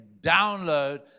download